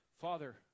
Father